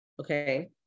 Okay